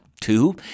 Two